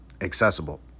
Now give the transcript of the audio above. accessible